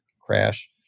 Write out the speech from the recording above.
crash